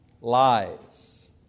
Lies